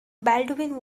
baldwin